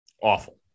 Awful